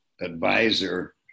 advisor